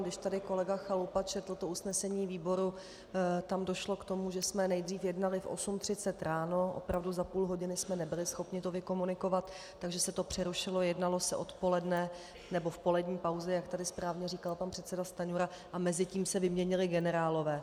Když tady kolega Chalupa četl usnesení výboru, tam došlo k tomu, že jsme nejdřív jednali v 8.30 ráno, opravdu za půl hodiny jsme nebyli schopni to vykomunikovat, takže se to přerušilo, jednalo se odpoledne, nebo v polední pauze, jak tady správně říkal pan předseda Stanjura, a mezitím se vyměnili generálové.